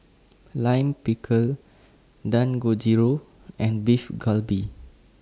Lime Pickle Dangojiru and Beef Galbi